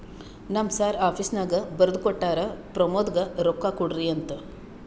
ನಮ್ ಸರ್ ಆಫೀಸ್ನಾಗ್ ಬರ್ದು ಕೊಟ್ಟಾರ, ಪ್ರಮೋದ್ಗ ರೊಕ್ಕಾ ಕೊಡ್ರಿ ಅಂತ್